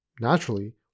Naturally